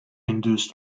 induced